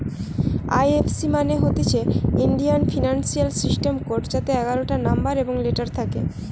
এই F C মানে হতিছে ইন্ডিয়ান ফিনান্সিয়াল সিস্টেম কোড যাতে এগারটা নম্বর এবং লেটার থাকে